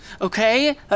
okay